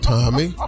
Tommy